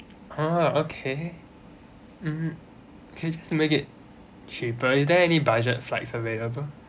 ha okay mm K just make it cheaper is there any budget flights available